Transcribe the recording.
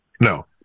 No